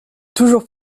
toujours